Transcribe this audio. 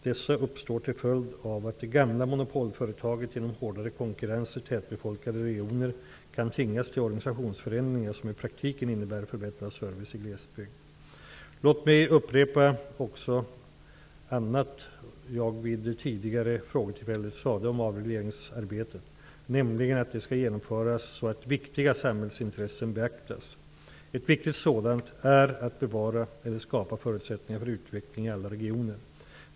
Dessa uppstår till följd av att det gamla monopolföretaget genom hårdare konkurrens i tätbefolkade regioner kan tvingas till organisationsförändringar som i praktiken innebär förbättrad service i glesbygd. Låt mig upprepa också annat jag vid det tidigare frågetillfället sade om avregleringsarbetet, nämligen att det skall genomföras så att viktiga samhällsintressen beaktas. Ett viktigt sådant är att bevara eller skapa förutsättningar för utveckling i alla regioner.